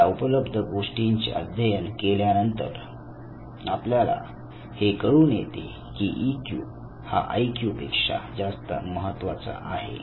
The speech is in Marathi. या उपलब्ध गोष्टींचे अध्ययन केल्या नंतर आपल्याला हे कळून येते की इ क्यू हा आई क्यू पेक्षा जास्त महत्त्वाचा आहे